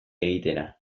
egitera